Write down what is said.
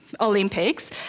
Olympics